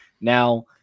Now